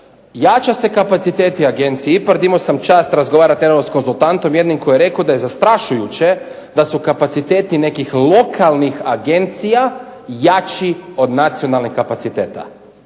Jača se kapacitet agencije IPARD. Imao sam čast razgovarati ... s konzultantom jednim koji je rekao da je zastrašujuće da su kapaciteti nekih lokalnih agencija jači od nacionalnih kapaciteta